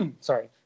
Sorry